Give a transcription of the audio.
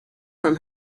from